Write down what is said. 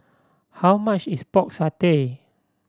how much is Pork Satay